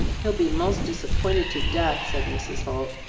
he'll be most disappointed to death, said mrs. holt.